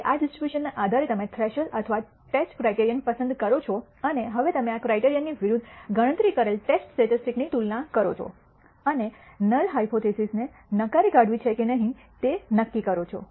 હવે આ ડિસ્ટ્રીબ્યુશનના આધારે તમે થ્રેશોલ્ડ અથવા ટેસ્ટ ક્રાઇટિરીઅન પસંદ કરો છો અને હવે તમે આ ક્રાઇટિરીઅનની વિરુદ્ધ ગણતરી કરેલ ટેસ્ટ સ્ટેટિસ્ટિક્સ ની તુલના કરો છો અને નલ હાયપોથીસિસ ને નકારી કાઢવી છે કે નહીં તે નક્કી કરો છો